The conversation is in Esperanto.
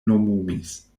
nomumis